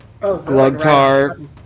Glugtar